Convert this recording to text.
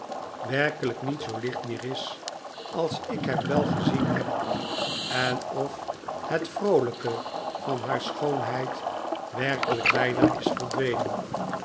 werkelijk niet zoo licht meer is als ik hem wel gezien neb en of het vroolijke van haar schoonheid werkelijk bijna is verdwenen